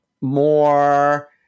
more